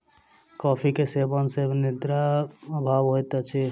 coffee के सेवन सॅ निद्रा अभाव होइत अछि